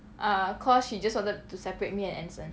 ah cause she just wanted to separate me and anson